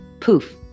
poof